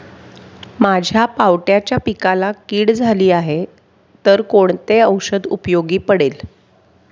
माझ्या पावट्याच्या पिकाला कीड झाली आहे तर कोणते औषध उपयोगी पडेल?